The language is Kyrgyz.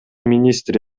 министри